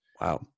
Wow